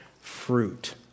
fruit